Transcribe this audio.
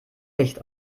licht